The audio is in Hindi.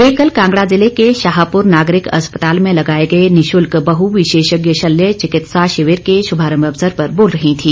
वे कल कांगड़ा जिले के शाहपुर नागरिक अस्पताल में लगाए गए निशुल्क बहु विशेषज्ञ शल्य चिकित्सा शिविर के शुभारम्भ अवसर पर बोल रहीं थी